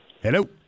Hello